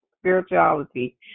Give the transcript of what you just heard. Spirituality